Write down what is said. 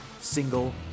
single